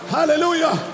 Hallelujah